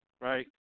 right